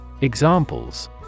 Examples